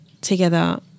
together